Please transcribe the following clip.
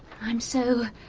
i'm so,